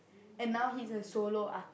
and now he's a solo art~